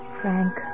Frank